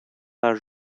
our